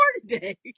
today